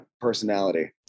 personality